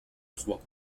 trois